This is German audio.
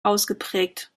ausgeprägt